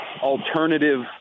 alternative